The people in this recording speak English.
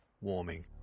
warming